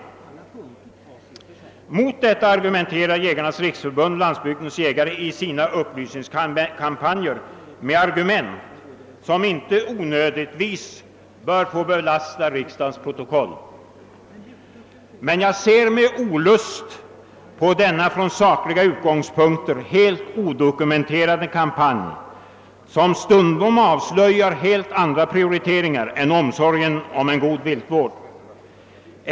Mot detta anför Jägarnas riksförbund—Landsbygdens jägare i sina upplysningskampanjer argument som inte onödigtvis bör få belasta riksdagens protokoll. Men jag ser med olust på denna från sakliga utgångspunkter helt odokumenterade kampanj, som stundom avslöjar helt andra prioriteringar än omsorgen om en god viltvård.